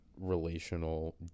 relational